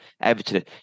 Everton